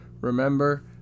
Remember